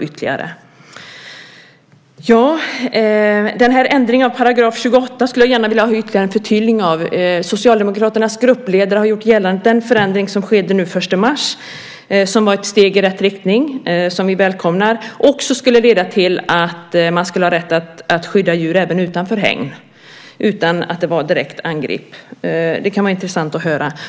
Ändringen av 28 § skulle jag gärna vilja ha ytterligare förtydligande av. Socialdemokraternas gruppledare har gjort gällande att den förändring som skedde den 1 mars, som var ett steg i rätt riktning och som vi välkomnar, också skulle leda till att man skulle ha rätt att skydda djur även utanför hägn utan att det varit ett direkt angrepp. Det kan vara intressant att höra.